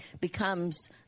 becomes